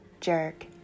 jerk